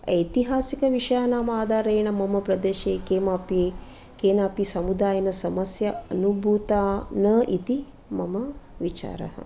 ऐतिहासिकविषयानाम् आधारेण मम प्रदेशे किमपि केनापि समुदायेन समस्या अनुभूता न इति मम विचारः